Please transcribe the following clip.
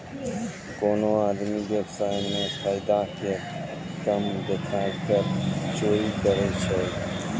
कोनो आदमी व्य्वसाय मे फायदा के कम देखाय के कर चोरी करै छै